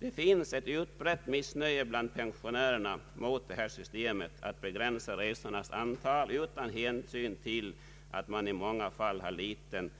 Det finns ett utbrett missnöje bland pensionärerna mot systemet att begränsa resornas an tal utan hänsyn till att vederbörande i många fall har liten